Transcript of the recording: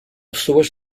pessoas